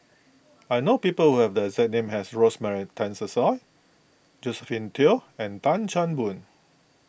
I know people who have the exact name as Rosemary Tessensohn Josephine Teo and Tan Chan Boon